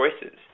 choices